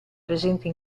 presenti